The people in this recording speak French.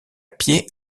pied